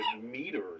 meters